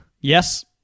Yes